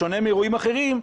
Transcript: בשונה מאירועים אחרים,